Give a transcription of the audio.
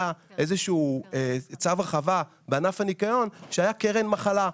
איזשהו צו הרחבה בענף הניקיון והייתה קרן מחלה.